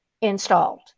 installed